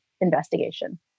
investigation